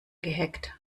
gehackt